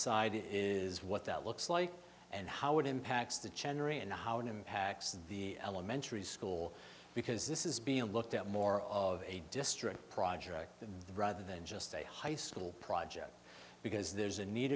side is what that looks like and how it impacts the chandlery and how it impacts the elementary school because this is being looked at more of a district project than rather than just a high school project because there's a need